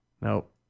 Nope